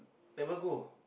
never go